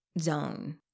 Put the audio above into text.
zone